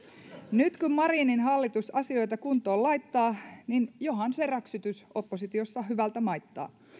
nyt kun marinin hallitus asioita kuntoon laittaa niin johan se räksytys oppositiossa hyvältä maittaa